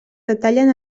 detallen